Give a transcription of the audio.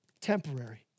Temporary